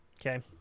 Okay